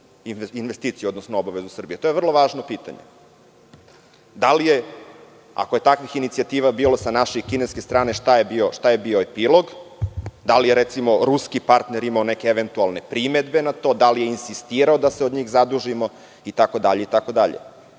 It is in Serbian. investiciju, odnosno obavezu Srbije? To je vrlo važno pitanje. Da li je, ako je takvih inicijativa bilo sa naše i kineske strane, šta je bio epilog? Da li je, recimo, ruski partner imao neke eventualne primedbe na to, da li je insistirao da se od njih zadužimo itd? Meni nekako